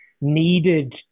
needed